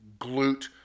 glute